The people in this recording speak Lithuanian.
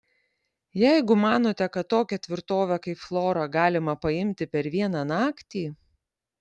jeigu manote kad tokią tvirtovę kaip flora galima paimti per vieną naktį